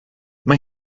mae